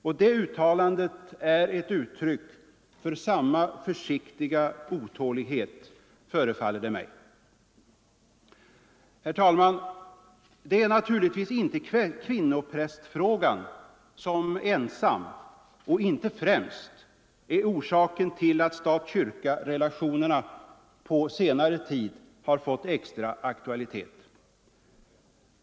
Det uttalandet är ett uttryck för samma försiktiga otålighet, förefaller det mig. Herr talman! Det är naturligtvis inte kvinnoprästfrågan som ensam och främst är orsaken till att stat-kyrka-relationerna på senare tid fått extra aktualitet.